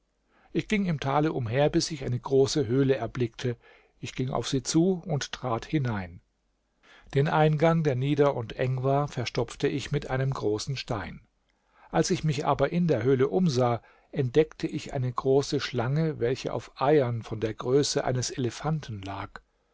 ich ging im tale umher bis ich eine große höhle erblickte ich ging auf sie zu und trat hinein den eingang der nieder und eng war verstopfte ich mit einem großen stein als ich mich aber in der höhle umsah entdeckte ich eine große schlange welche auf eiern von der größe eines elefanten lag